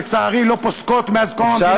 לצערי לא פוסקות מאז קום המדינה ועד היום.